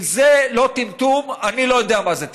אם זה לא טמטום, אני לא יודע מה זה טמטום.